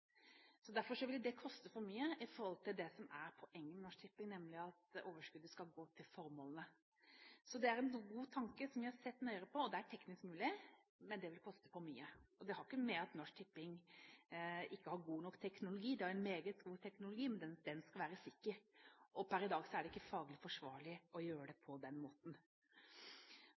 Derfor ville det koste for mye i forhold til det som er poenget med Norsk Tipping, nemlig at overskuddet skal gå til formålene. Det er en god tanke, som vi har sett nøyere på. Det er teknisk mulig, men det vil koste for mye. Det har ikke noe å gjøre med at Norsk Tipping ikke har god nok teknologi – de har meget god teknologi – men den skal være sikker. Per i dag er det ikke faglig forsvarlig å gjøre det på den måten.